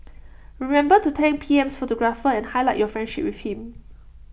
remember to thank P M's photographer and highlight your friendship with him